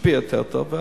משפיע יותר טוב,